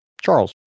Charles